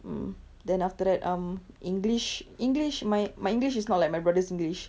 um then after that um english english my my english is not like my brother's english